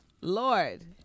Lord